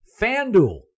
FanDuel